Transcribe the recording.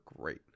great